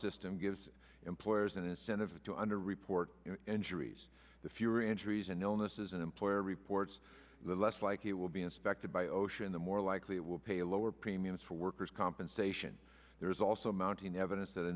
system gives employers an incentive to under report injuries the fewer injuries and illnesses an employer reports the less likely it will be inspected by ocean the more likely it will pay a lower premiums for workers compensation there is also mounting evidence that a